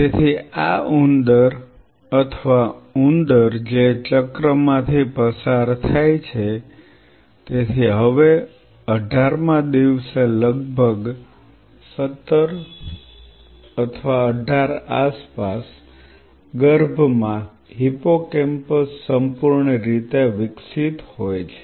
તેથી આ ઉંદર અથવા ઉંદર જે ચક્રમાંથી પસાર થાય છે તેથી હવે 18 મા દિવસે લગભગ સત્તર અઢાર આસપાસ ગર્ભમાં હિપ્પોકેમ્પસ સંપૂર્ણ રીતે વિકસિત હોય છે